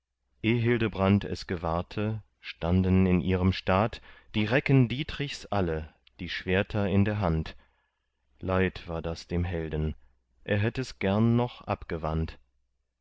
hildebrand es gewahrte standen in ihrem staat die recken dietrichs alle die schwerter in der hand leid war das dem helden er hätt es gern noch abgewandt